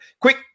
quick